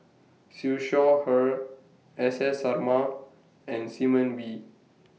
Siew Shaw Her S S Sarma and Simon Wee